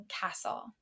Castle